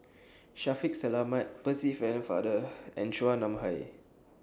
Shaffiq Selamat Percy Pennefather and Chua Nam Hai